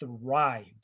thrived